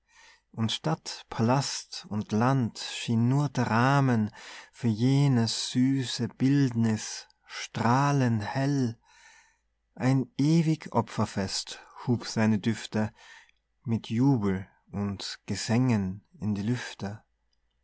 und stadt pallast und land schien nur der rahmen für jenes süße bildniß strahlenhell ein ewig opferfest hub seine düfte mit jubel und gesängen in die lüfte